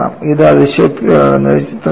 ഇത് അതിശയോക്തി കലർന്ന ചിത്രമാണ്